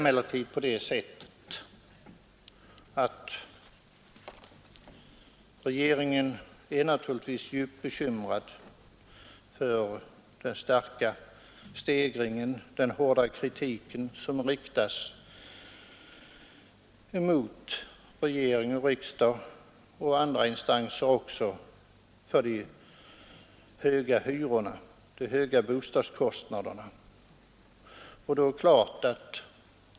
Men regeringen är naturligtvis djupt bekymrad över den hårda kritik som riktas mot regering, riksdag och andra instanser för de höga bostadskostnaderna.